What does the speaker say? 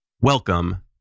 welcome